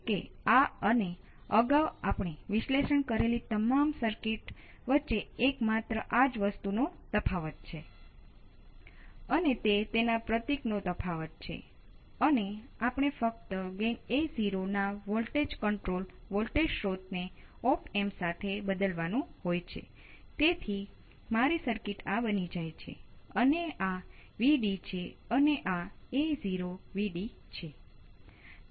તેથી આપણે આગામી કેટલાક વર્ગો માટે શું કરીશું કે આપણે તે કેપેસિટર ની ચર્ચા કરવાની છે